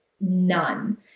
none